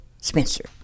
Spencer